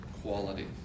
quality